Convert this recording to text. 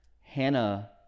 hannah